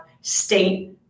state